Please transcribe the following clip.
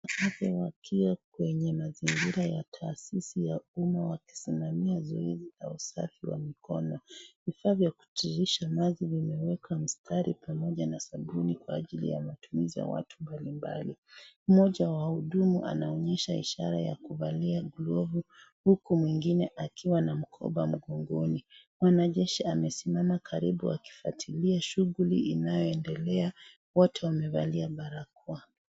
Wanawakewakiwa kwenye mazingira ya taasisi ya umma wakisimamua zoezi la usafi wa mikono. vifaa vya kutiririsha maji vimewekwa mstari pamoja na sabuni kwa ajili ya matumizi ya watu mbalimbali. Mmoja wa wahudumu anaonyesha ishara ya kuvalia glovu huku mwengine akiwa na mkoba mgongoni. Mwanajeshi amesimama karibu akifuatilia shughuli inayoendela. Wote wamevalia barakoa.